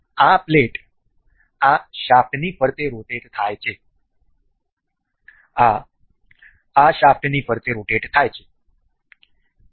આ પ્લેટ આ શાફ્ટની ફરતે રોટેટ થાય છે આ આ શાફ્ટની ફરતે રોટેટ થાય છે